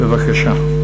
בבקשה.